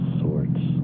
sorts